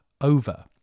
over